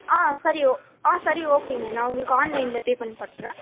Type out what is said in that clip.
ஆ சரி ஓகே ஆ சரி ஓகேங்க நான் உங்களுக்கு ஆன்லைனில் பேமெண்ட் பண்ணுறேன்